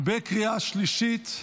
בקריאה שלישית,